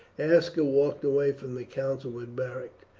aska walked away from the council with beric.